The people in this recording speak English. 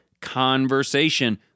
conversation